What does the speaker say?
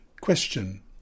Question